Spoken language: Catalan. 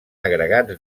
agregats